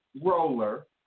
roller